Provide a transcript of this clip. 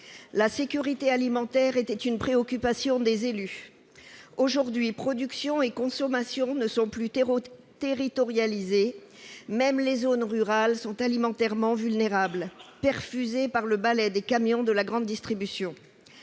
La sécurité alimentaire était une préoccupation des élus. Aujourd'hui, production et consommation ne sont plus territorialisées, et même les zones rurales sont « alimentairement » vulnérables, perfusées par le ballet des camions de la grande distribution.